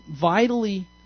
vitally